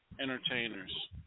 entertainers